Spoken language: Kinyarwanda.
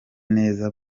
neza